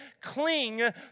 cling